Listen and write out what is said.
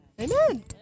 Amen